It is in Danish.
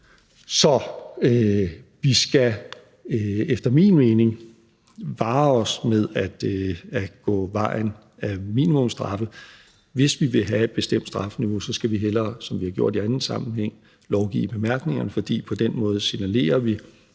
Så vi skal efter min mening vare os for at gå vejen med minimumsstraffe. Hvis vi skal have et bestemt strafniveau, skal vi hellere, som vi har gjort i anden sammenhæng, lovgive i bemærkningerne, for på den måde signalerer vi,